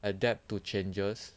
adapt to changes